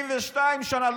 72 שנה.